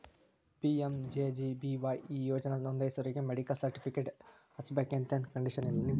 PMJJBY ಈ ಯೋಜನಾ ನೋಂದಾಸೋರಿಗಿ ಮೆಡಿಕಲ್ ಸರ್ಟಿಫಿಕೇಟ್ ಹಚ್ಚಬೇಕಂತೆನ್ ಕಂಡೇಶನ್ ಇಲ್ಲ